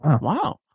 Wow